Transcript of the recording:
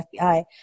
FBI